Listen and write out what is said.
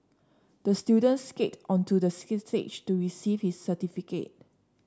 the student skated onto the stage to receive his certificate